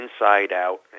inside-out